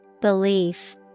Belief